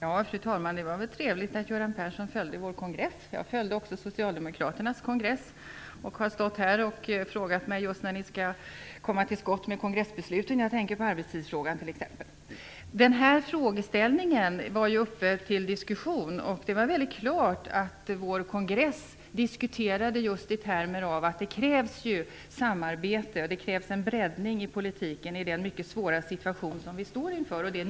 Fru talman! Det var väl trevligt att Göran Persson följde vår kongress. Jag följde också Socialdemokraternas kongress. Jag har stått här och frågat mig när ni skall komma till skott med kongressbesluten. Jag tänker t.ex. på arbetstidsfrågan. Den här frågeställningen var uppe till diskussion. Vår kongress diskuterade just i termer av att det krävs samarbete och en breddning av politiken i den mycket svåra situation som vi står inför.